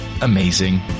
Amazing